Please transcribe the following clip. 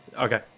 Okay